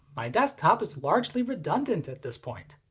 my desktop is largely redundant at this point.